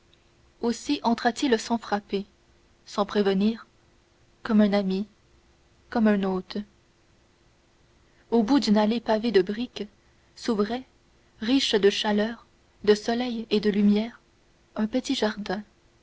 aussi entra t il sans frapper sans prévenir comme un ami comme un hôte au bout d'une allée pavée de briques s'ouvrait riche de chaleur de soleil et de lumière un petit jardin